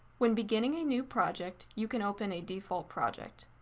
when beginning a new project, you can open a default project.